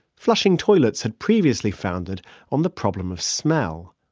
flushing toilets had previously foundered on the problem of smell.